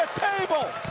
table.